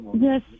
Yes